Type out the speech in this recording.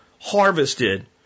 harvested